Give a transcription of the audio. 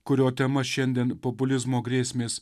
kurio tema šiandien populizmo grėsmės